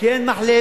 כי אין מחלף,